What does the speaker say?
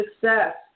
success